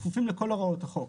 כפופים לכל הוראות החוק,